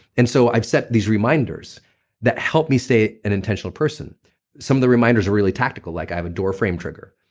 and so i've set these reminders that help me stay an intentional person some of the reminders are really tactical. like i have a door frame trigger.